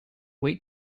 wait